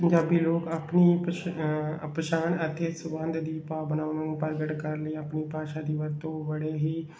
ਪੰਜਾਬੀ ਲੋਕ ਆਪਣੀ ਇੱਕ ਛ ਪਛਾਣ ਅਤੇ ਸੰਬੰਧ ਦੀ ਭਾਵਨਾਵਾਂ ਨੂੰ ਪ੍ਰਗਟ ਕਰ ਲਈ ਆਪਣੀ ਭਾਸ਼ਾ ਦੀ ਵਰਤੋਂ ਬੜੇ ਹੀ